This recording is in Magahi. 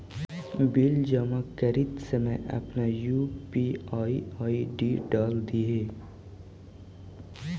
बिल जमा करित समय अपन यू.पी.आई आई.डी डाल दिन्हें